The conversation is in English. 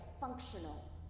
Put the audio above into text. functional